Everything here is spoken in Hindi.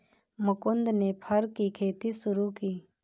मुकुन्द ने फर की खेती शुरू की